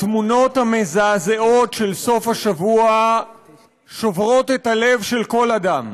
התמונות המזעזעות של סוף השבוע שוברות את הלב של כל אדם.